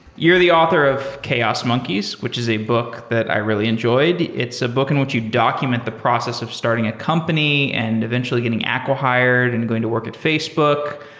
you're the author of chaos monkeys, which is a book that i really enjoyed. it's a book in which you document the process of starting a company and eventually getting acqui hired and going to work at facebook.